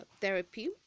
therapy